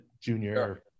Junior